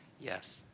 Yes